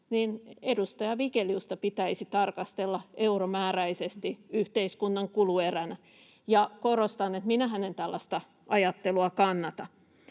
edustaja Vigeliusta pitäisi tarkastella euromääräisesti yhteiskunnan kulueränä. Ja korostan, että minähän en tällaista ajattelua kannata.